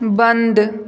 बन्द